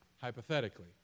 hypothetically